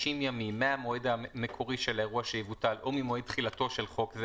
60 ימים מהמועד המקורי של האירוע שיבוטל או ממועד תחילתו של חוק זה,